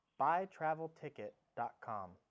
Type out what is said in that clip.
BuyTravelTicket.com